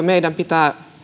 meidän pitää